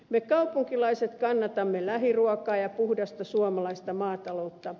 me kaupunkilaiset kannatamme lähiruokaa ja puhdasta suomalaista maataloutta